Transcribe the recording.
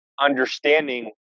Understanding